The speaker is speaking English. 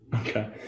Okay